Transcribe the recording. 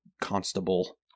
constable